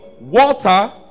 water